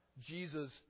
Jesus